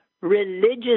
religious